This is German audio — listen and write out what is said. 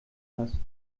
hast